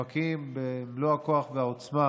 נאבקים במלוא הכוח והעוצמה